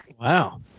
Wow